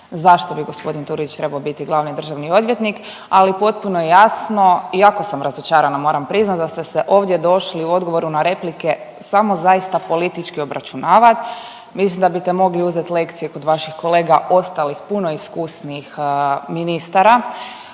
zašto bi g. Turudić trebao biti glavni državni odvjetnik, ali potpuno je jasno, i jako sam razočarana, moram priznati, da ste se ovdje došli u odgovoru na replike samo zaista politički obračunavati. Mislim da biste mogli uzeti lekcije kod vaših kolega ostalih, puno iskusnijih ministara